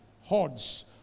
hordes